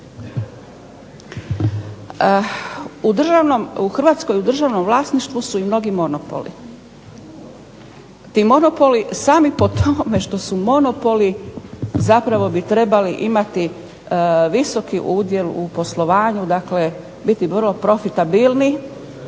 U Hrvatskoj u državnom vlasništvu su mnogi monopoli. Ti monopoli samo po tome što su monopoli bi trebali imati visoki udjel u poslovanju dakle, biti vrlo profitabilni